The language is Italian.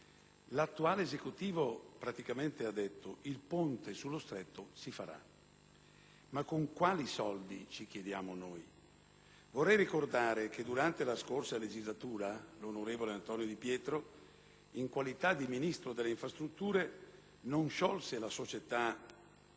praticamente affermato che il ponte sullo Stretto si farà; ma con quali soldi, ci chiediamo noi? Vorrei ricordare che durante la scorsa legislatura l'onorevole Antonio Di Pietro, in qualità di ministro delle infrastrutture, non sciolse la società